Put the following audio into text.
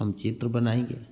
हम चित्र बनाएँगे